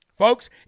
Folks